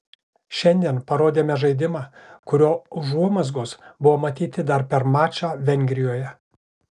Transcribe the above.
šiandien parodėme žaidimą kurio užuomazgos buvo matyti dar per mačą vengrijoje